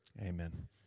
amen